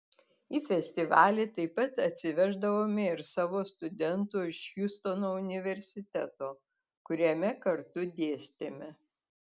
į festivalį taip pat atsiveždavome ir savo studentų iš hjustono universiteto kuriame kartu dėstėme